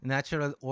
Natural